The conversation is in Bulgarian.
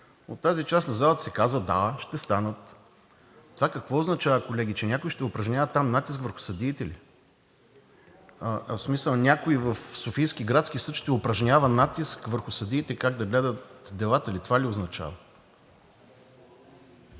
От тази част на залата се каза: да, ще станат. Това какво означава, колеги, че някой ще упражнява там натиск върху съдиите ли? В смисъл някой в Софийския градски съд ще упражнява натиск върху съдиите как да гледат делата ли? Това ли означава?!